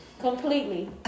Completely